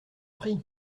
prie